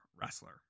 wrestler